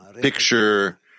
picture